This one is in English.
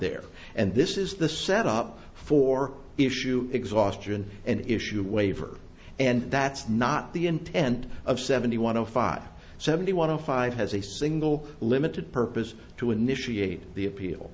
there and this is the set up for issue exhaustion and issue waiver and that's not the intent of seventy one five seventy one of five has a single limited purpose to initiate the appeal